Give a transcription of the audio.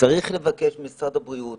שצריך לבקש ממשרד הבריאות